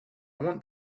want